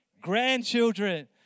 grandchildren